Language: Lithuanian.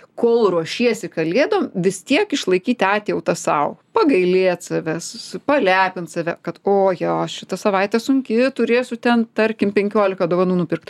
kol ruošiesi kalėdom vis tiek išlaikyti atjautą sau pagailėt savęs s palepint save kad o jo šita savaitė sunki turėsiu ten tarkim penkiolika dovanų nupirkt